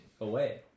away